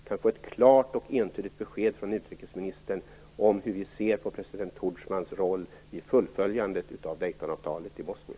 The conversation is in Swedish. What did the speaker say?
Kan vi få ett klart och entydigt besked från utrikesministern om hur vi ser på president Tudjmans roll i fullföljandet av Daytonavtalet i Bosnien?